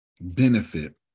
benefit